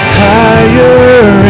higher